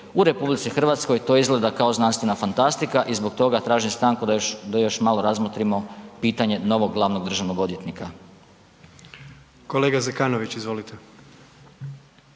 U RH to izgleda kao znanstvena fantastika i zbog toga tražim stanku da još, da još malo razmotrimo pitanje novog glavnog državnog odvjetnika. **Jandroković, Gordan